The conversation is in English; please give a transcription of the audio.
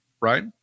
Right